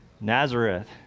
Nazareth